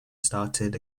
started